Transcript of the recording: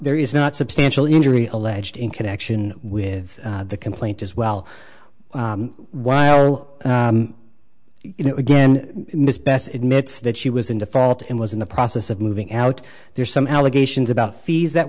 there is not substantial injury alleged in connection with the complaint as well while you know again miss bessie admits that she was in default in was in the process of moving out there's some allegations about fees that